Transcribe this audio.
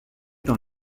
dans